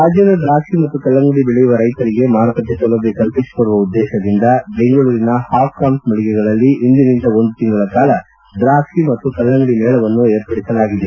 ರಾಜ್ಯದ ದ್ರಾಕ್ಷಿ ಮತ್ತು ಕಲ್ಲಂಗಡಿ ಬೆಳೆಯುವ ರೈತರಿಗೆ ಮಾರುಕಟ್ಟೆ ಸೌಲಭ್ಯ ಕಲ್ಪಿಸಿಕೊಡುವ ಉದ್ದೇಶದಿಂದ ಬೆಂಗಳೂರಿನ ಹಾಪ್ಕಾಮ್ಲ್ ಮಳಿಗೆಗಳಲ್ಲಿ ಇಂದಿನಿಂದ ಒಂದು ತಿಂಗಳ ಕಾಲ ದ್ರಾಕ್ಷಿ ಮತ್ತು ಕಲ್ಲಂಗಡಿ ಮೇಳವನ್ನು ಏರ್ಪಡಿಸಲಾಗಿದೆ